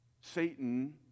Satan